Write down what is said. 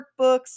workbooks